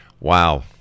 Wow